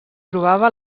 trobava